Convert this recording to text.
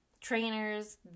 trainers